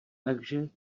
takže